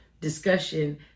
discussion